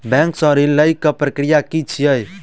Bank सऽ ऋण लेय केँ प्रक्रिया की छीयै?